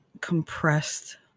compressed